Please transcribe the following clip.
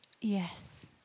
Yes